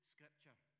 Scripture